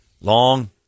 Long